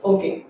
Okay